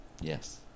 Yes